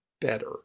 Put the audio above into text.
better